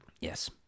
Yes